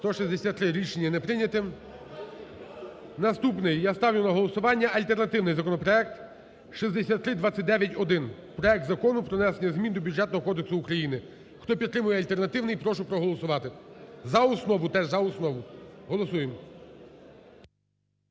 За-163 Рішення не прийнято. Наступний я ставлю на голосування альтернативний законопроект 6329-1: проект Закону про внесення змін до Бюджетного кодексу України. Хто підтримує альтернативний, прошу проголосувати за основу, теж за основу. Голосуємо.